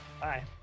Bye